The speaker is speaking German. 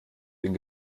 den